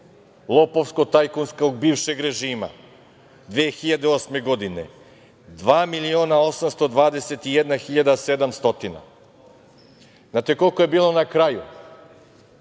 lopovsko tajkunskog bivšeg režima, 2008. godine, 2 miliona 821 hiljada i sedam stotina. Znate koliko je bilo na kraju?